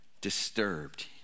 disturbed